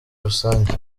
rusange